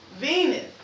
Venus